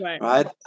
right